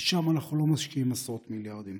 כי שם אנחנו לא משקיעים עשרות מיליארדים.